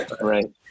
Right